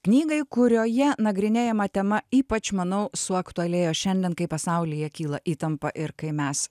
knygai kurioje nagrinėjama tema ypač manau suaktualėjo šiandien kai pasaulyje kyla įtampa ir kai mes